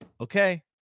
okay